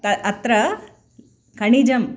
अत्र खनिजं